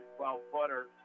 12-footer